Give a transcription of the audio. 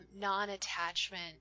non-attachment